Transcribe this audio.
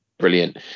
brilliant